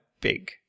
big